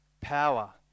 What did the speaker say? power